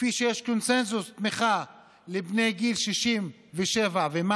כפי שיש קונסנזוס תמיכה לבני גיל 67 ומעלה,